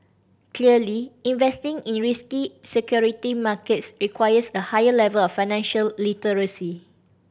clearly investing in risky security markets requires a higher level of financial literacy